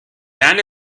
dan